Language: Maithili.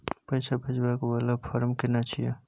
पैसा भेजबाक वाला फारम केना छिए?